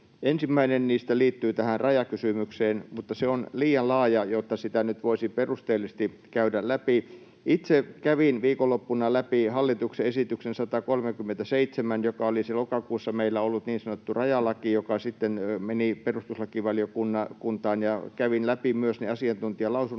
Ensimmäinen niistä liittyy rajakysymykseen, mutta se on liian laaja, jotta sitä nyt voisi perusteellisesti käydä läpi. Itse kävin viikonloppuna läpi hallituksen esityksen 137, joka oli se lokakuussa meillä ollut niin sanottu rajalaki, joka sitten meni perustuslakivaliokuntaan, ja kävin läpi myös ne asiantuntijalausunnot